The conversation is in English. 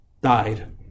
died